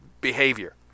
behavior